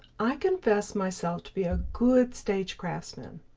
i confess myself to be a good stage craftsman.